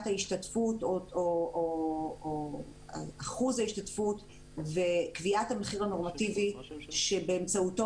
ההשתתפות או אחוז ההשתתפות וקביעת המחיר הנורמטיבי שבאמצעותו